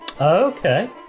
Okay